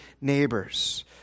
neighbors